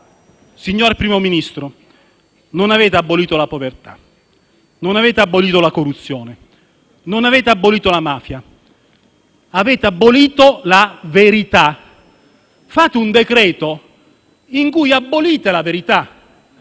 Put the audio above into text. Signor Primo Ministro, non avete abolito la povertà, non avete abolito la corruzione, non avete abolito la mafia: avete abolito la verità. Fate un decreto in cui abolite la verità.